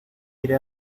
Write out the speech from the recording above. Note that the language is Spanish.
iré